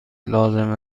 لازم